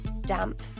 damp